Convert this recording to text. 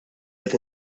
qed